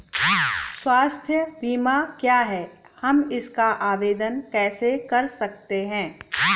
स्वास्थ्य बीमा क्या है हम इसका आवेदन कैसे कर सकते हैं?